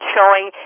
Showing